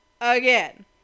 again